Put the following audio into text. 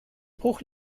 bruch